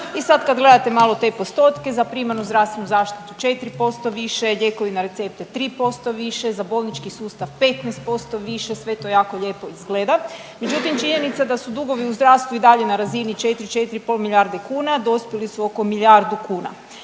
I sad kad gledate malo te postotke za primarnu zdravstvenu zaštitu 4% više, lijekovi na recepte 3% više, za bolnički sustav 15% više sve to jako lijepo izgleda, međutim činjenica da su dugovi u zdravstvu i dalje na razini 4, 4,5 milijarde kuna dospjeli su oko milijardu kuna.